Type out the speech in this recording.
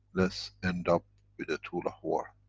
let's end up with the tool of war.